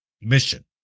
mission